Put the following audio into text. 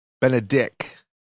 Benedict